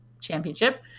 championship